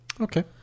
Okay